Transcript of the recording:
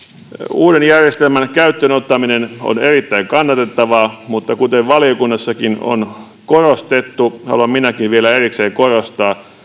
uuden järjestelmän käyttöön ottaminen on erittäin kannatettavaa mutta kuten valiokunnassakin on korostettu haluan minäkin vielä erikseen korostaa